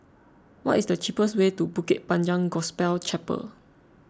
what is the cheapest way to Bukit Panjang Gospel Chapel